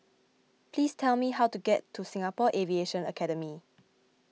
please tell me how to get to Singapore Aviation Academy